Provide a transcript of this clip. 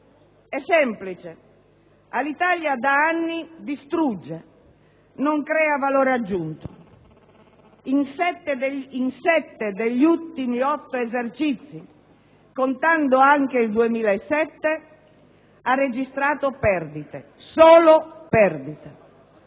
È semplice: Alitalia, da anni, distrugge, non crea valore aggiunto. In sette degli ultimi otto esercizi, contando anche il 2007, ha registrato perdite, solo perdite.